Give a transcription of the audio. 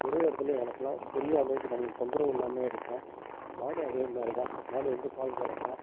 ஒரே இடத்திலேயே வளர்க்கலாம் ஒரு பெரிய அளவுக்கு நம்மளுக்குத் தொந்தரவு இல்லாமையும் இருக்கும் மாடும் அதேமாதிரிதான் மாடு வந்து பால் கரக்கும்